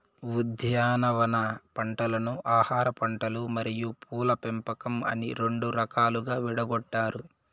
ఉద్యానవన పంటలను ఆహారపంటలు మరియు పూల పంపకం అని రెండు రకాలుగా విడగొట్టారు